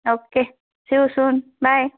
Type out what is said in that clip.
okay see you soon bye